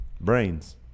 brains